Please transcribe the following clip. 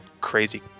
crazy